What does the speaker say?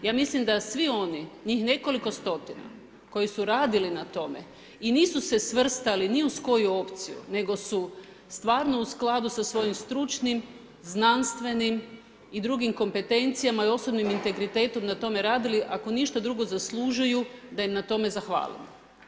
Ja mislim da svi oni, njih nekoliko stotina koji su radili na tome i nisu se svrstali ni uz koju opciju nego su stvarno u skladu sa svojim stručnim, znanstvenim i drugim kompetencijama i osobnim integritetom na tome radili ako ništa drugo zaslužuju da im na tome zahvalimo.